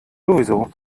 sowieso